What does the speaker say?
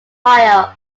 ohio